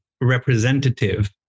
representative